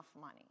money